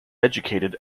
educated